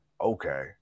okay